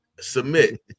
Submit